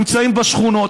שנמצאים בשכונות.